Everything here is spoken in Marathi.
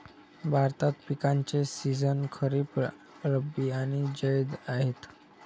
भारतात पिकांचे सीझन खरीप, रब्बी आणि जैद आहेत